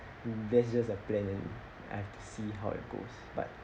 that's just the plan and I have to see how it goes but